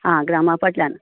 आं ग्रामा फाटल्यान